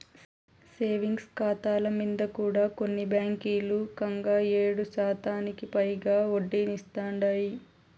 savings కాతాల మింద కూడా కొన్ని బాంకీలు కంగా ఏడుశాతానికి పైగా ఒడ్డనిస్తాందాయి